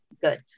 good